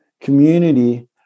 community